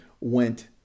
went